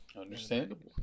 Understandable